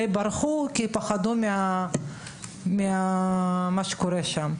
די ברחו כי פחדו ממה שקורה שם.